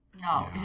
No